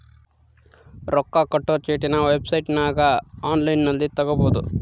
ರೊಕ್ಕ ಕಟ್ಟೊ ಚೀಟಿನ ವೆಬ್ಸೈಟನಗ ಒನ್ಲೈನ್ನಲ್ಲಿ ತಗಬೊದು